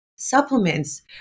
supplements